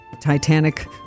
Titanic